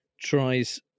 tries